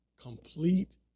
complete